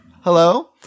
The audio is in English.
hello